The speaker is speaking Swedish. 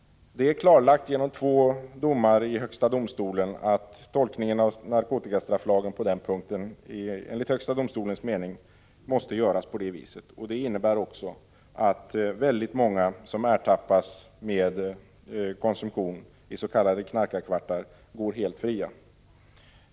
Det är klarlagt genom två domar i högsta domstolen att tolkningen av narkotikastrafflagen på den punkten enligt högsta domstolens mening måste göras på det viset. Det innebär också att väldigt många som ertappas med konsumtion i s.k. knarkarkvartar går helt fria.